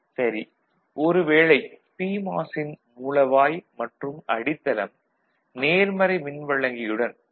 சரி ஒருவேளை பிமாஸ்-ன் மூலவாய் மற்றும் அடித்தளம் நேர்மறை மின்வழங்கியுடன் எ